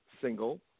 single